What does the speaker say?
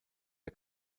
der